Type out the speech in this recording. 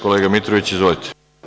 Kolega Mitroviću, izvolite.